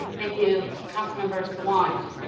thank you councilmember sawant.